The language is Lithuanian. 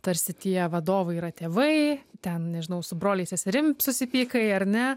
tarsi tie vadovai yra tėvai ten nežinau su broliais seserim susipykai ar ne